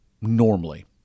normally